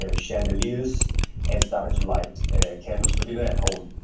ah chandeliers and started to light candles for dinner at home.